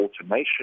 automation